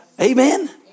Amen